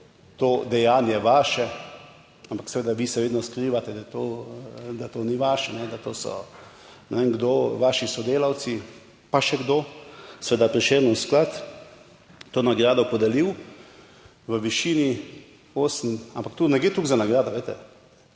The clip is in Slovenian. to dejanje vaše, ampak seveda vi se vedno skrivate, da to ni vaše, da to so ne vem kdo, vaši sodelavci pa še kdo, seveda Prešernov sklad to nagrado podelil v višini osem, ampak tu ne gre toliko za nagrado, glejte,